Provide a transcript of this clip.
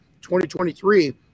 2023